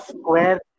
square